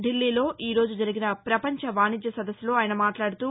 ధిల్లీలో ఈరోజు జరిగిన పపంచ వాణిజ్య సదస్సులో ఆయన మాట్లాడుతూ